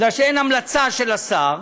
כי אין המלצה של השר,